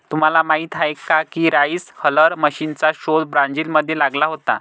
तुम्हाला माहीत आहे का राइस हलर मशीनचा शोध ब्राझील मध्ये लागला होता